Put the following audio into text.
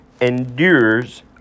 endures